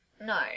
No